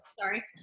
Sorry